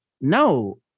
no